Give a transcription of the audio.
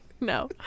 No